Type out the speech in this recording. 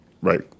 right